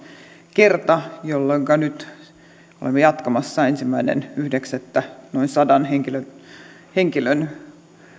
kerta jolloinka olemme jatkamassa nyt ensimmäinen yhdeksättä noin sadan henkilön henkilön